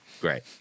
great